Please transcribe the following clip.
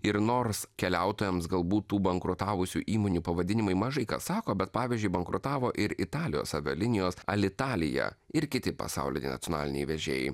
ir nors keliautojams galbūt tų bankrutavusių įmonių pavadinimai mažai ką sako bet pavyzdžiui bankrutavo ir italijos avialinijos alitalija ir kiti pasauliniai nacionaliniai vežėjai